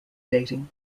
dating